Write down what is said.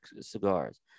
cigars